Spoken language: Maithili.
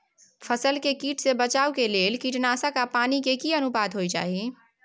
फसल के कीट से बचाव के लेल कीटनासक आ पानी के की अनुपात होय चाही?